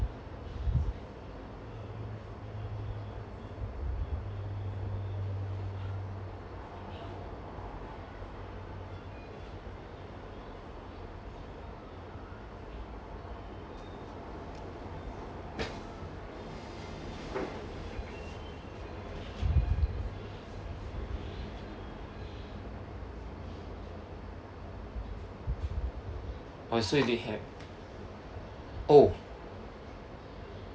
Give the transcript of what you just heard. oh so you did have oh